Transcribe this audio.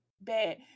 bad